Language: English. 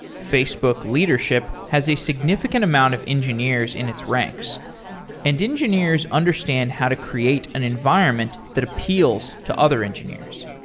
facebook leadership has a significant amount of engineers in its ranks and engineers understand how to create an environment that appeals to other engineers.